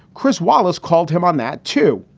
chris wallace called him on that, too.